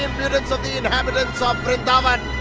impudence of the inhabitants of vrindavan.